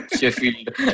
Sheffield